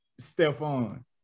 Stephon